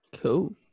Cool